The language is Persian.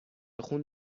خون